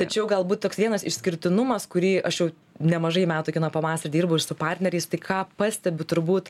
tačiau galbūt toks vienas išskirtinumas kurį aš jau nemažai metų kino pavasary dirbau ir su partneriais tai ką pastebiu turbūt